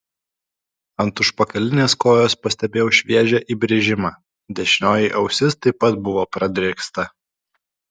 ant užpakalinės kojos pastebėjau šviežią įbrėžimą dešinioji ausis taip pat buvo pradrėksta